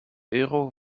euro